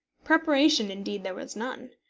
preparation, indeed, there was none.